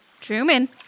Truman